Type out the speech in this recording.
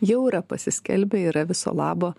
jau yra pasiskelbę yra viso labo